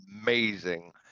amazing